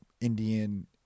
Indian